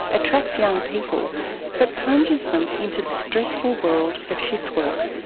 attracts young people but plunges them into the stressful world of shift work.